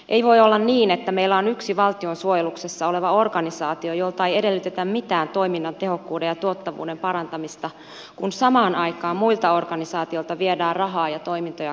ei voi olla niin että meillä on yksi valtion suojeluksessa oleva organisaatio jolta ei edellytetä mitään toiminnan tehokkuuden ja tuottavuuden parantamista kun samaan aikaan muilta organisaatioilta viedään rahaa ja toimintoja karsitaan